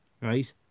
right